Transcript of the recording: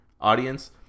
audience